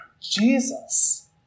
Jesus